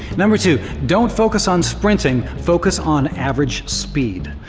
number two, don't focus on sprinting, focus on average speed.